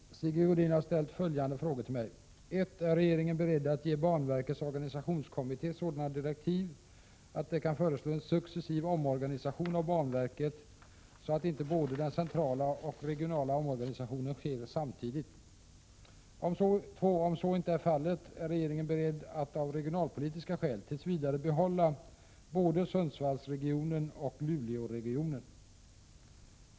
Herr talman! Sigge Godin har ställt följande frågor till mig: 1. Är regeringen beredd att ge banverkets organisationskommitté sådana direktiv att den kan föreslå en successiv omorganisation av banverket, så att inte både den centrala och regionala omorganisationen sker samtidigt? 2. Om så inte är fallet, är regeringen beredd att av regionalpolitiska skäl tills vidare behålla både Sundsvallsregionen och Luleåregionen?